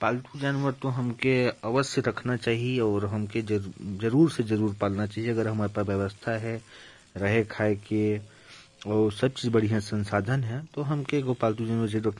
पालतू जानवर हमे अवश्य पालना चाहिए, अगर व्यवस्था है तो। जैसे गाय पालना चाहिए ताकि उसका दूध प्राप्त हो सके। कुकुर